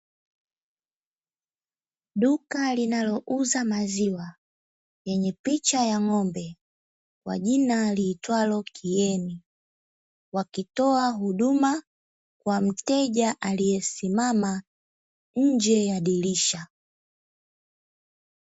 Duka linalouza maziwa lenye picha ya ng'ombe kwa jina liitwalo 'KIENI' wakitoa huduma kwa mteja aliyesimama nje ya dirisha.